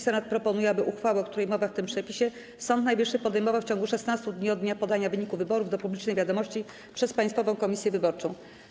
Senat proponuje, aby uchwałę, o której mowa w tym przepisie, Sąd Najwyższy podejmował w ciągu 16 dni od dnia podania wyniku wyborów do publicznej wiadomości przez Państwową Komisję Wyborczą.